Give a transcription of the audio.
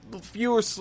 fewer